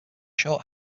short